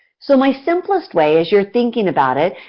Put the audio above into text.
so my simplest way, as you're thinking about it,